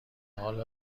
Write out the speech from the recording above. حالا